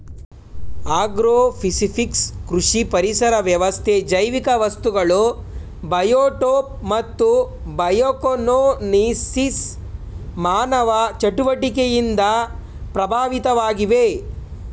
agrophysics ಕೃಷಿ ಪರಿಸರ ವ್ಯವಸ್ಥೆ ಜೈವಿಕ ವಸ್ತುಗಳು ಬಯೋಟೋಪ್ ಮತ್ತು ಬಯೋಕೋನೋಸಿಸ್ ಮಾನವ ಚಟುವಟಿಕೆಯಿಂದ ಪ್ರಭಾವಿತವಾಗಿವೆ